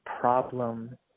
problem